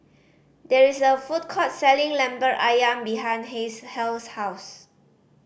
there is a food court selling Lemper Ayam behind Hill's Hale's house